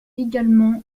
également